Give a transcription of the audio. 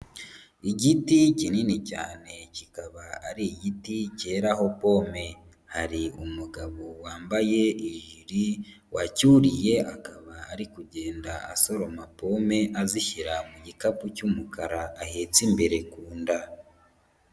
Igiti kinini cyane kikaba ari igiti keraho pome, hari umugabo wambaye ijiri wacyuriye akaba ari kugenda asoroma pome azishyira mu gikapu cy'umukara ahetse imbere ku nda.